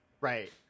Right